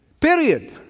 Period